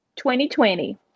2020